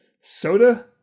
Soda